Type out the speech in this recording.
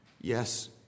Yes